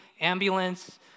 ambulance